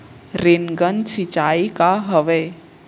Rain gun सिंचाई का हवय?